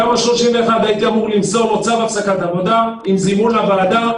ביום ה-31 הייתי אמור למסור לו צו הפסקת עבודה עם זימון לוועדה,